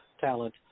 talent